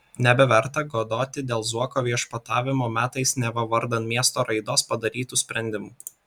nebeverta godoti dėl zuoko viešpatavimo metais neva vardan miesto raidos padarytų sprendimų